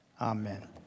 Amen